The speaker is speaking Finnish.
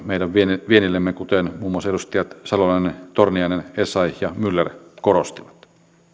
meidän viennillemme kuten muun muassa edustajat salolainen torniainen essayah ja myller korostivat